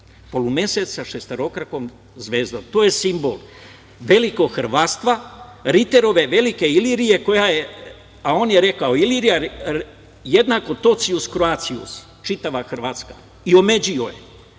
Polumesec sa šestokrakom zvezdom. To je simbol velikohrvatstva, Riterove velike Ilirije. On je rekao: „Ilirija jednako totius Croatius (čitava Hrvatska)“ i omeđio je